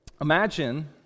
Imagine